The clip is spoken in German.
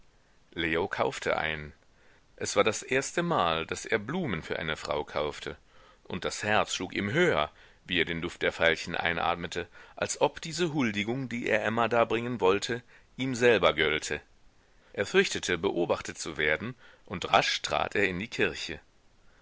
leo kaufte einen es war das erstemal daß er blumen für eine frau kaufte und das herz schlug ihm höher wie er den duft der veilchen einatmete als ob diese huldigung die er emma darbringen wollte ihm selber gölte er fürchtete beobachtet zu werden und rasch trat er in die kirche